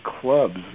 clubs